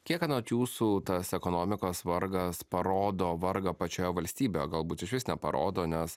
kiek anot jūsų tas ekonomikos vargas parodo vargą pačioje valstybėje galbūt išvis neparodo nes